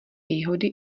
výhody